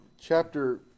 chapter